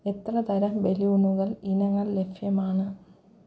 എത്ര തരം ബലൂണുകൾ ഇനങ്ങൾ ലഭ്യമാണ്